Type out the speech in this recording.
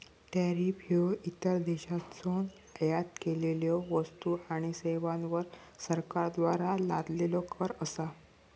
tariff ह्यो इतर देशांतसून आयात केलेल्यो वस्तू आणि सेवांवर सरकारद्वारा लादलेलो कर असा